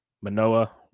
Manoa